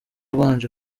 ubanje